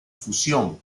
fusión